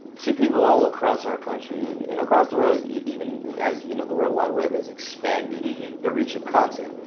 to people all across our country. and and across the world, even as you know the world wide web has expanded the the reach of context.